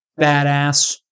Badass